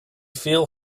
feel